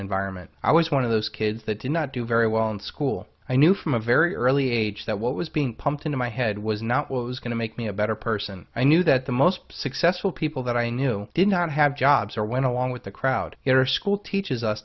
environment i was one of those kids that did not do very well in school i knew from a very early age that what was being pumped into my head was not was going to make me a better person i knew that the most successful people that i knew did not have jobs or went along with the crowd it or school teaches us